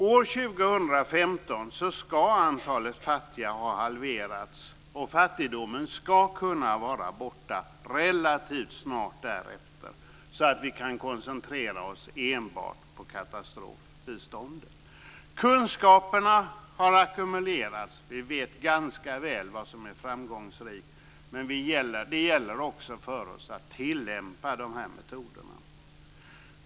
År 2015 ska antalet fattiga ha halverats, och fattigdomen ska kunna vara borta relativt snart därefter, så att vi kan koncentrera oss enbart på katastrofbiståndet. Kunskaperna har ackumulerats, och vi vet ganska väl vad som är framgångsrikt, men det gäller också för oss att tillämpa de här metoderna.